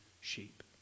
sheep